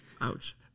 Ouch